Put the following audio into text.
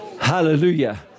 Hallelujah